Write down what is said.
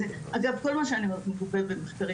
אגב כל מה שאני אומרת מגובה במחקרים,